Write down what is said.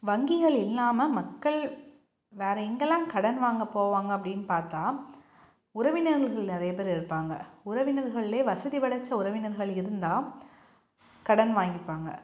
வங்கிகள் இல்லாமல் மக்கள் வேறு எங்கெல்லாம் கடன் வாங்க போவாங்க அப்படினு பார்த்தா உறவினர்கள் நிறையா பேர் இருப்பாங்க உறவினர்களிலே வசதி படைச்ச உறவினர்கள் இருந்தால் கடன் வாங்கிப்பாங்க